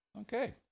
Okay